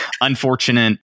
Unfortunate